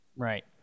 right